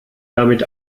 damit